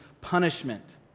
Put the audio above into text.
punishment